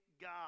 God